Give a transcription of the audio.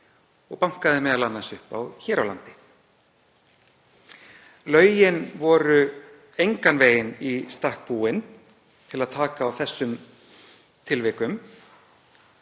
og bankaði m.a. upp á hér á landi. Lögin voru engan veginn í stakk búin til að taka á þessum tilvikum